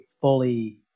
fully